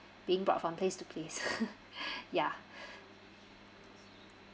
being brought from place to place ya